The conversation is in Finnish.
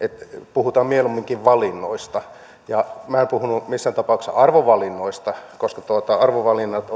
puhutaan mieluumminkin valinnoista minä en puhunut missään tapauksessa arvovalinnoista koska arvovalinnat